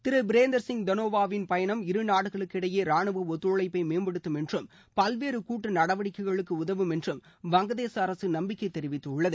திரு பிரேந்திர சிங் தனோவாவின் பயணம் இருநாடுகளுக்கு இடையே ராணுவ ஒத்துழைப்பை மேம்படுத்தும் என்றும் பல்வேறு கூட்டு நடவடிக்கைகளுக்கு உதவும் என்றும் வங்க தேச அரசு நம்பிக்கை தெரிவித்துள்ளது